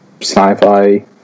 sci-fi